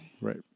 Right